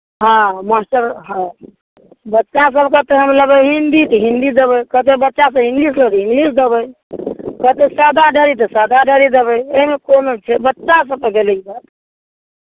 हँ मास्टर हँ बच्चासभ कहतै हम लेबै हिन्दी तऽ हिन्दी देबै कहतै बच्चासभ इंग्लिश लेबै तऽ इंग्लिश देबै कहतै सादा डायरी तऽ सादा डायरी देबै एहिमे कोन छै बच्चा सभके भेलै ई बात